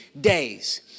days